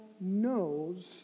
knows